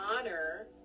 honor